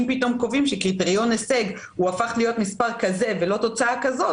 אם פתאום קובעים שקריטריון הישג הפך להיות מספר כזה ולא תוצאה כזו,